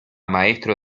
maestro